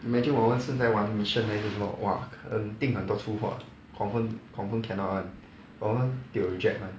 imagine 我们是在玩 mission 还是什么 !wah! 肯定很多粗话 confirm confirm cannot [one] 我们 tio reject mah